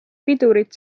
pidurit